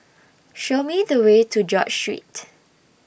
Show Me The Way to George Street